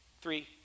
three